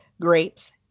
grapes